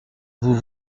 vous